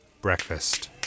breakfast